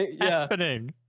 happening